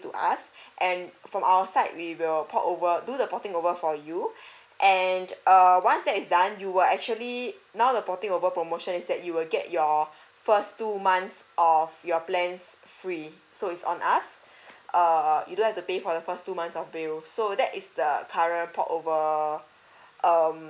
to us and from our side we will port over do the porting over for you and uh once that is done you will actually now the porting over promotions that you will get your first two months of your plans free so it's on us err you don't have to pay for the first two months of bill so that is the current port over um